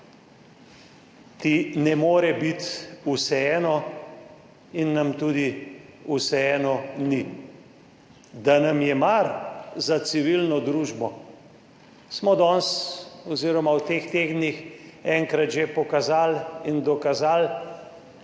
ne more biti vseeno in nam tudi ni vseeno. Da nam je mar za civilno družbo, smo danes oziroma v teh tednih enkrat že pokazali in dokazali,